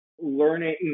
learning